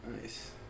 Nice